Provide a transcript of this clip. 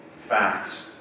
facts